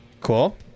Cool